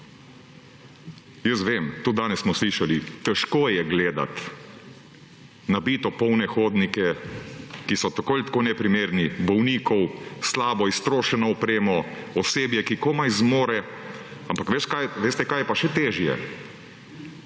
Jaz vem, to danes smo slišali, težko je gledat nabito polne hodnike, ki so tako ali tako neprimerni, bolnikov, slabo iztrošeno opremo, osebje, ki komaj zmore, ampak veste, kaj je pa še težje,